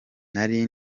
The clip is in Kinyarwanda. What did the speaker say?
nari